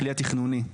הכלי התכנוני.